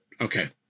okay